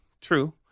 True